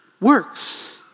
works